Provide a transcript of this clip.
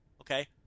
Okay